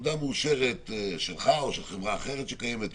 תעודה מאושרת שלך או של חברה אחרת שקיימת,